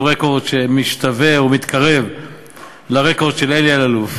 רקורד שמשתווה או מתקרב לרקורד של אלי אלאלוף